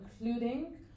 including